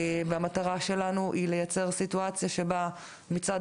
המטרה שלנו היא לייצר סיטואציה שבה מצד